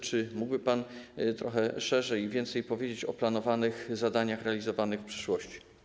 Czy mógłby pan trochę szerzej i więcej powiedzieć o planowanych zadaniach, które będą realizowane w przyszłości?